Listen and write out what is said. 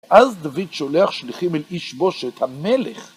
אז דוד שולח שליחים אל איש בושת, המלך.